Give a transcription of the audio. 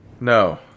No